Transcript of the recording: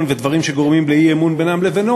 ודברים שגורמים לאי-אמון בינם לבינו,